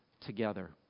together